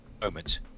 moment